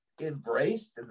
embraced